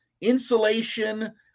insulation